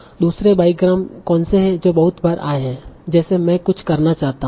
दूसरे बाईग्राम कौनसे है जो बहुत बार आये है जैसे मैं कुछ करना चाहता हूं